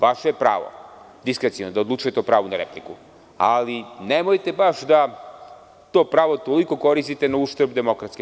Vaše je pravo, diskreciono, da odlučujete o pravu na repliku, ali nemojte baš da to pravo toliko koristite na uštrb DS.